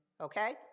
okay